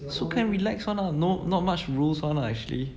so can relax no not much rules [one] ah actually